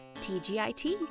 TGIT